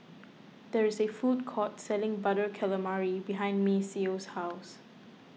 there is a food court selling Butter Calamari behind Maceo's house